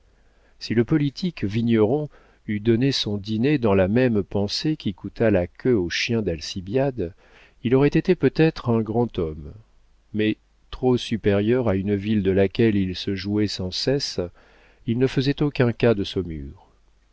si le politique vigneron eût donné son dîner dans la même pensée qui coûta la queue au chien d'alcibiade il aurait été peut-être un grand homme mais trop supérieur à une ville de laquelle il se jouait sans cesse il ne faisait aucun cas de saumur